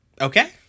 Okay